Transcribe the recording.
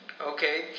Okay